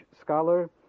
scholar